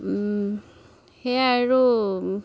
সেয়াই আৰু